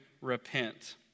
repent